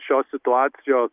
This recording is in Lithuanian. šios situacijos